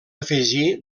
afegir